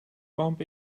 kamp